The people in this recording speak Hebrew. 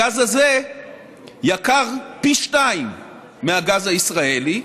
הגז הזה יקר פי שניים מהגז הישראלי,